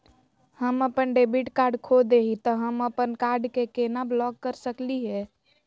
हम अपन debit card खो दे ही, त हम अप्पन कार्ड के केना ब्लॉक कर सकली हे?